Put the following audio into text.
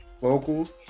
vocals